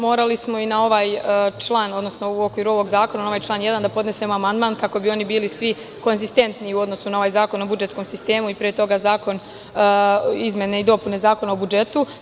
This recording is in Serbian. Morali smo i na ovaj član 1. u okviru ovog zakona da podnesemo amandman, kako bi oni bili svi konzistentni u odnosu na ovaj zakon o budžetskom sistemu i pre toga izmene i dopune Zakona o budžetu.